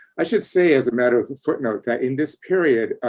i should say, as a matter of footnote, that in this period,